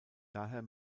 daher